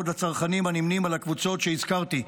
לצרכנים הנמנים על הקבוצות שהזכרתי,